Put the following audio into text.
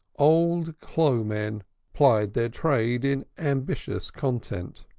old clo' men plied their trade in ambitious content.